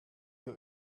you